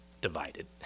divided